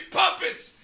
puppets